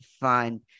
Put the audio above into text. fun